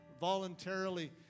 voluntarily